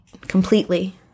completely